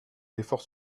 l’effort